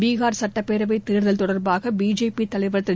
பீகார் சட்டப்பேரவை தேர்தல் தொடர்பாக பிஜேபி தலைவர் திரு